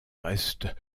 reste